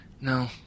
no